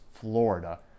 Florida